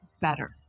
better